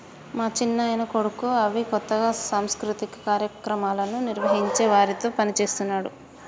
మా చిన్నాయన కొడుకు అవి కొత్తగా సాంస్కృతిక కార్యక్రమాలను నిర్వహించే వారితో పనిచేస్తున్నాడు